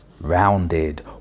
rounded